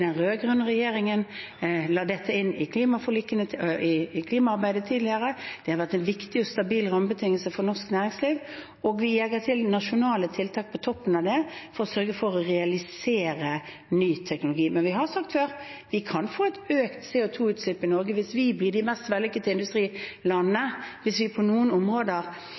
den rød-grønne regjeringen la dette inn i klimaarbeidet tidligere. Det har vært en viktig og stabil rammebetingelse for norsk næringsliv. Og vi legger til nasjonale tiltak på toppen av det for å sørge for å realisere ny teknologi. Men vi har sagt før: Vi kan få økt CO 2 -utslipp i Norge hvis vi blir det mest vellykkede industrilandet. Hvis vi på noen områder